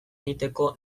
egiteko